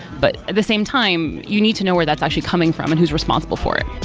but at the same time, you need to know where that's actually coming from and who's responsible for it